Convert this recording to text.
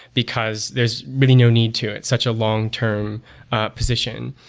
because there's really no need to it, such a long term position.